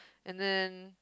and then